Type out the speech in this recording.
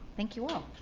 thank you all.